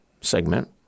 segment